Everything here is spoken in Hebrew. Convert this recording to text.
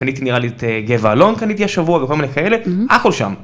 קניתי נראה לי את גבע אלון, קניתי השבוע וכל מיני כאלה, הכול שם.